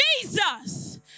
Jesus